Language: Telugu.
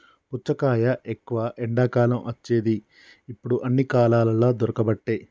పుచ్చకాయ ఎక్కువ ఎండాకాలం వచ్చేది ఇప్పుడు అన్ని కాలాలల్ల దొరుకబట్టె